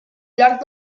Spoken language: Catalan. llarg